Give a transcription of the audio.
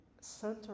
center